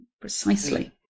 precisely